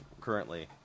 currently